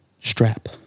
Strap